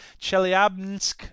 Chelyabinsk